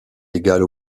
légale